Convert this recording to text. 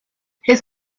his